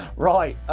right.